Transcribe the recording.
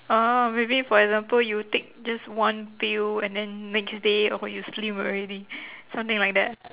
orh maybe for example you take just one pill and then next day or what you slim already something like that